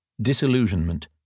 Disillusionment